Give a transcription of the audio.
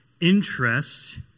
interest